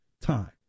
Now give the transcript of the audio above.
time